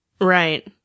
Right